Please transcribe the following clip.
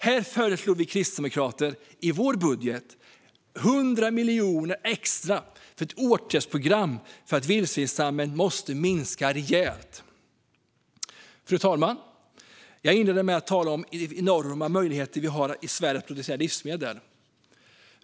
Här föreslår vi kristdemokrater i vår budget 100 miljoner extra till ett åtgärdsprogram för att vildsvinsstammen ska minska rejält. Fru talman! Jag inledde med att tala om vilka enorma möjligheter vi har i Sverige att producera livsmedel.